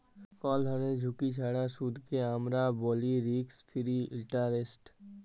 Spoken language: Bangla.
কল ধরলের ঝুঁকি ছাড়া সুদকে আমরা ব্যলি রিস্ক ফিরি ইলটারেস্ট